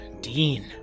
dean